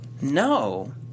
No